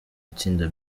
itsinda